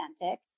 authentic